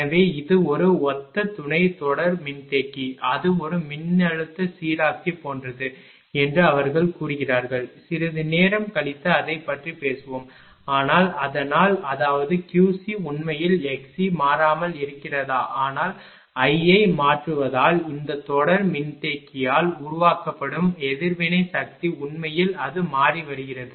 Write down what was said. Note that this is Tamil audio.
எனவே இது ஒரு ஒத்த துணை தொடர் மின்தேக்கி அது ஒரு மின்னழுத்த சீராக்கி போன்றது என்று அவர்கள் கூறுகிறார்கள் சிறிது நேரம் கழித்து அதைப் பற்றி பேசுவோம் ஆனால் அதனால் அதாவது Qc உண்மையில் xc மாறாமல் இருக்கிறதா ஆனால் I ஐ மாற்றுவதால் இந்த தொடர் மின்தேக்கியால் உருவாக்கப்படும் எதிர்வினை சக்தி உண்மையில் அது மாறி வருகிறது